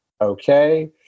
Okay